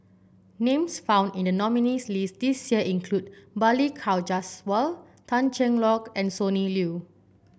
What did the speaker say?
names found in the nominees' list this year include Balli Kaur Jaswal Tan Cheng Lock and Sonny Liew